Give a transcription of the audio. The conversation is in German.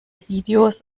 videos